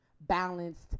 balanced